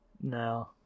No